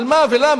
על מה ולמה?